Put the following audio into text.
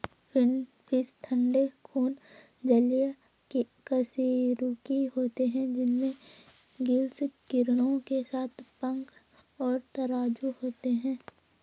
finfish ठंडे खून जलीय कशेरुकी होते हैं जिनमें गिल्स किरणों के साथ पंख और तराजू होते हैं